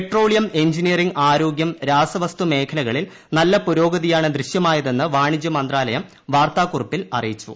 petroleum engineering ആരോഗ്യം രാസവസ്തു മേഖലകളിൽ നല്ല പുരോഗതിയാണ് ദൃശ്യമായതെന്ന് വാണിജ്യമന്ത്രാലയം വാർത്താക്കുറിപ്പിൽ അറിയിച്ചു